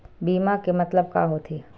बीमा के मतलब का होथे?